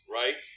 right